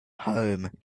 home